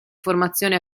formazioni